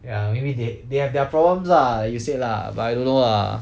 ya maybe they they have their problems lah like you said lah but I don't know ah